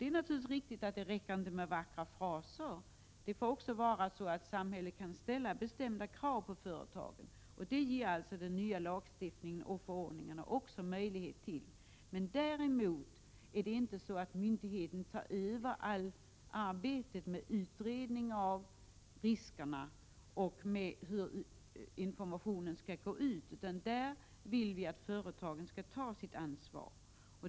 Det är naturligtvis riktigt att det inte räcker med vackra fraser. Samhället måste också kunna ställa bestämda krav på företagen, och det ger den nya lagstiftningen och förordningarna möjlighet till. Men däremot är det inte så att myndigheterna tar över allt arbete med utredning av riskerna och med frågan om hur informationen skall föras ut. Där vill vi att företagen skall ta sitt ansvar.